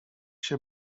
się